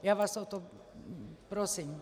Já vás o to prosím.